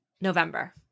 November